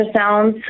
ultrasounds